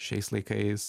šiais laikais